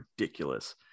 ridiculous